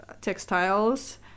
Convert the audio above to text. textiles